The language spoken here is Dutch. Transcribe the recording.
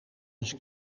eens